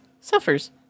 suffers